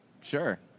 sure